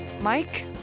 Mike